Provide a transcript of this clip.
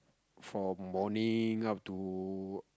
for morning up to